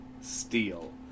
steel